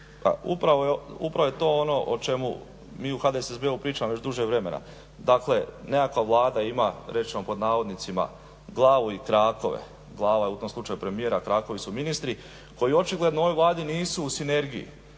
upravo je to ono o čemu mi u HDSSB-u pričamo već duže vremena. Dakle, nekakva Vlada ima reć ćemo pod navodnicima glavu i krakove, glava je u tom slučaju premijer a krakovi su ministri koji očigledno ovoj Vladi nisu u sinergiji.